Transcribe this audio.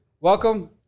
welcome